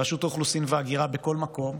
ברשות האוכלוסין וההגירה, בכל מקום,